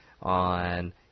on